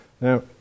now